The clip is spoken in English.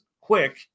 quick